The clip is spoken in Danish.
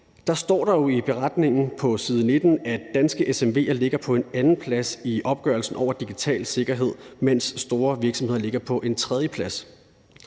der står der jo i redegørelsen på side 19, at danske SMV'er ligger på en andenplads i opgørelsen over digital sikkerhed, mens store virksomheder ligger på en tredjeplads,